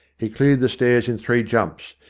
he cleared the stairs in three jumps.